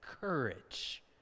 courage